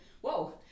Whoa